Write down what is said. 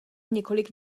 několik